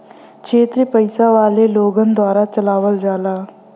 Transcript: क्षेत्रिय पइसा वाले लोगन द्वारा चलावल जाला